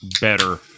better